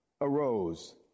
arose